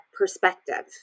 perspective